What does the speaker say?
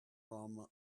rum